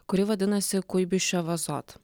kuri vadinasi kuibiševazot